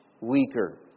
weaker